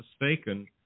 mistaken